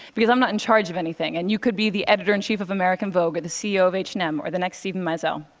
because i'm not in charge of anything, and you could be the editor in chief of american vogue or the ceo of h and m, or the next steven meisel.